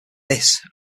this